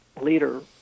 leader